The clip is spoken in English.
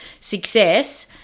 success